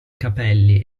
capelli